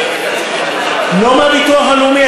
לא מהביטוח הלאומי,